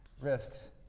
risks